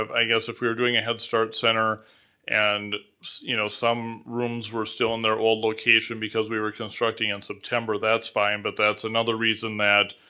you know so if we were doing a head start center and you know some rooms were still in their old location because we were constructing in september, that's fine, but that's another reason that.